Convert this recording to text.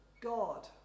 God